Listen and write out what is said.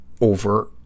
over